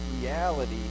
reality